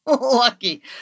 lucky